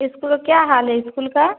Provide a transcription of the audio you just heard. school का क्या हाल है इस्कूल का